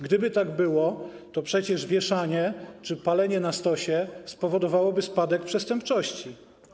Gdyby tak było, to przecież wieszanie czy palenie na stosie spowodowałoby spadek przestępczości.